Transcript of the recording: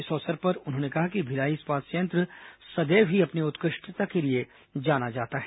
इस अवसर पर उन्होंने कहा कि भिलाई इस्पात संयंत्र सदैव ही अपनी उत्कृष्टता के लिए जाना जाता है